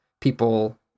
people